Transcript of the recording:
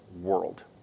world